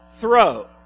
throw